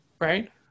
Right